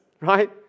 Right